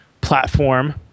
platform